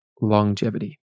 Longevity